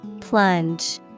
Plunge